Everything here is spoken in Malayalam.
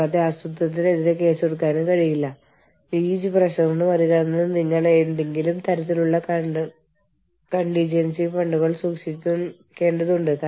കൂടാതെ ജീവനക്കാർക്ക് അവരോട് അന്യായമായി പെരുമാറിയെന്ന് തോന്നിയാൽ എന്ത് നടപടിയാണ് അവർക്ക് എടുക്കാൻ സാധിക്കുന്നത്